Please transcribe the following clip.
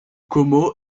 komo